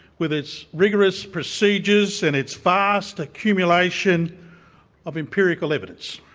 with its rigorous procedures and its vast accumulation of empirical evidence.